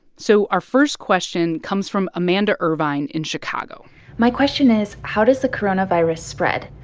so our first question comes from amanda ervine in chicago my question is how does the coronavirus spread?